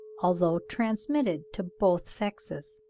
although transmitted to both sexes.